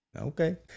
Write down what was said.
okay